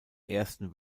ersten